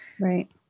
Right